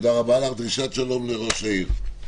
תודה רבה לך, דרישת שלום לראש העיר.